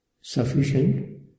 sufficient